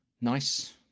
nice